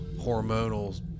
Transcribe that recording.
hormonal